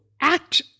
act